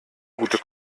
gute